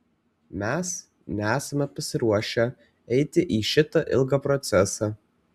mes nesame pasiruošę eiti į šitą ilgą procesą